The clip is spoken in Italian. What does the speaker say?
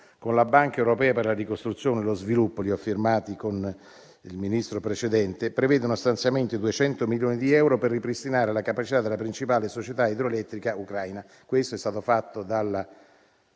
con la Banca europea per la ricostruzione e lo sviluppo - li ho firmati con il Ministro precedente - prevede uno stanziamento di 200 milioni di euro per ripristinare la capacità della principale società idroelettrica ucraina. Questo è stato fatto dalla